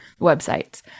websites